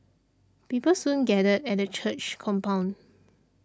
people soon gathered at the church's compound